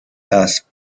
das